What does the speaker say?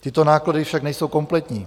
Tyto náklady však nejsou kompletní.